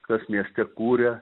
kas mieste kuria